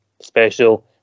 special